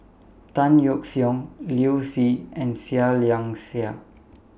Tan Yeok Seong Liu Si and Seah Liang Seah